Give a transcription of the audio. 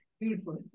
beautiful